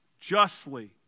justly